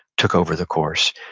took over the course.